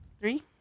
three